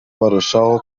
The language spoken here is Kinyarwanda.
barushaho